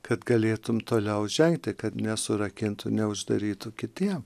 kad galėtumei toliau žengti kad nesurakintų neužsidarytų kitiems